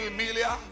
Emilia